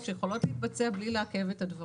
שיכולות להתבצע בלי לעכב את הדברים.